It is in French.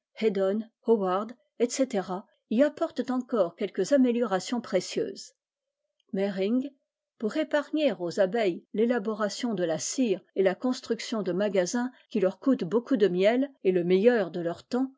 etc y apportent encore quelques améliorations précieuses mehring pour épargner aux abeilles l'élaboration de la cire et la construction de magasins qui leur coûtent beaucoup de miel et le meilleur de leur temps